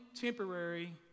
temporary